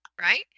Right